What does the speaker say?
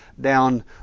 down